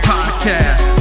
Podcast